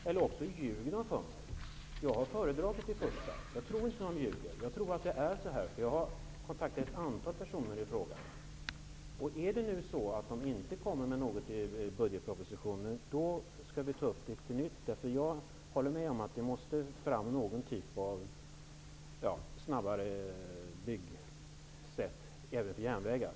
Eller också ljuger de för mig. Men jag tror inte att de ljuger. Jag har kontaktat ett antal personer i frågan. Om nu regeringen inte kommer med något förslag i budgetpropositionen skall vi ta upp frågan på nytt. Jag håller med om att det måste finnas ett sätt att bygga järnvägar snabbare.